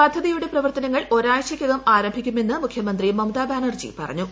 പദ്ധതിയുടെ പ്രവർത്തനങ്ങൾ ഒരാഴ്ചയ്ക്കകം ആരംഭിക്കുമെന്ന് മുഖ്യമന്ത്രി മംമ്ത ബാനർജി പറഞ്ഞു